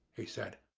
he said,